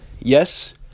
Yes